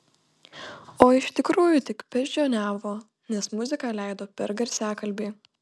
o iš tikrųjų tik beždžioniavo nes muziką leido per garsiakalbį